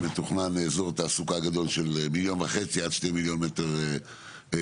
אזור תעסוקה גדול של מיליון וחצי עד שני מיליון מטר תעסוקה.